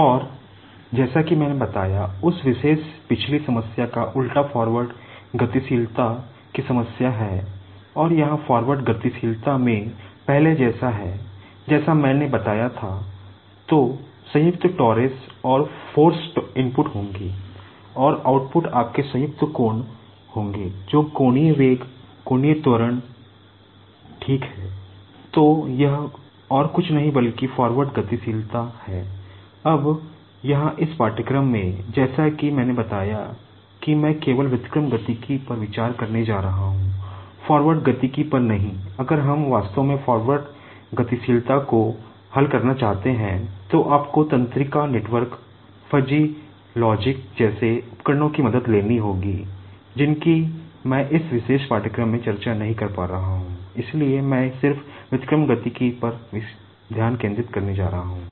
और जैसा कि मैंने बताया उस विशेष पिछली समस्या का उल्टा फॉरवर्ड डायनेमिक्स पर ध्यान केंद्रित करने जा रहा हूं